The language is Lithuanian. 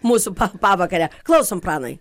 mūsų pavakarę klausom pranui